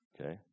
okay